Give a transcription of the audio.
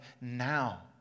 now